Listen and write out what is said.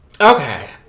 Okay